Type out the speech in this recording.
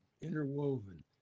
interwoven